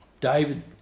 David